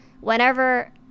whenever